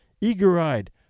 eager-eyed